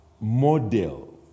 model